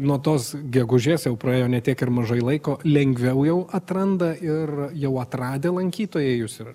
nuo tos gegužės jau praėjo ne tiek ir mažai laiko lengviau jau atranda ir jau atradę lankytojai jus yra